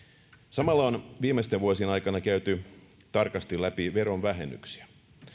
samalla on viimeisten vuosien aikana käyty tarkasti läpi verovähennyksiä